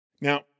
Now